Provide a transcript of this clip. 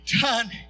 done